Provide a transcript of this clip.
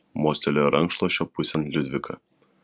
mostelėjo rankšluosčio pusėn liudvika